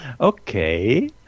Okay